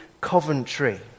Coventry